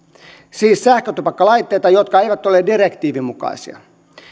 siis sähkötupakkalaitteita jotka eivät ole direktiivin mukaisia